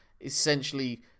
essentially